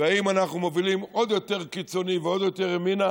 והאם אנחנו מובילים עוד יותר קיצוני ועוד יותר ימינה,